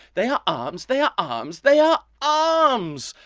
they are arms. they are arms. they are arms.